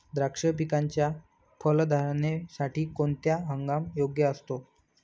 द्राक्ष पिकाच्या फलधारणेसाठी कोणता हंगाम योग्य असतो?